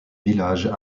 villages